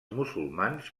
musulmans